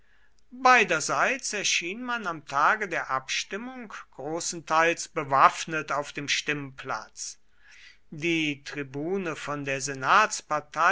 beiderseits erschien man am tage der abstimmung großenteils bewaffnet auf dem stimmplatz die tribune von der